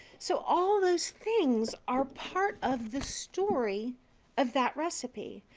so all those things are part of the story of that recipe.